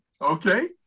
okay